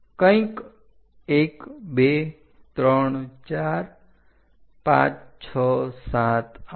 કંઈક 1234567891011 અને 12